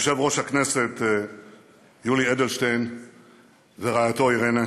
יושב-ראש הכנסת יולי אדלשטיין ורעייתו אירינה,